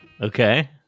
okay